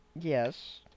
Yes